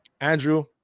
Andrew